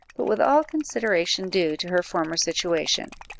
but with all consideration due to her former situation.